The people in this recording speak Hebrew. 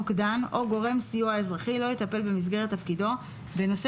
מוקדן או גורם סיוע אזרחי לא יטפל במסגרת תפקידו בנושא